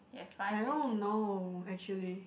I don't know actually